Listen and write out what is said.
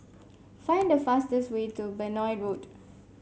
Find the fastest way to Benoi Road